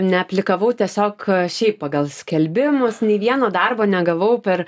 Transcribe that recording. neaplikavau tiesiog šiaip pagal skelbimus nei vieno darbo negavau per